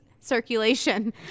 circulation